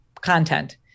content